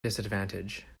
disadvantage